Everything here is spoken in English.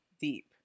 deep